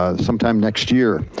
ah some time next year.